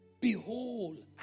Behold